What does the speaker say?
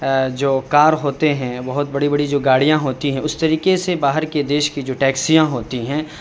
جو کار ہوتے ہیں بہت بڑی بڑی جو گاڑیاں ہوتی ہیں اس طریقے سے باہر کے دیش کی جو ٹیکسیاں ہوتی ہیں